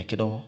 gbikitɔɔá.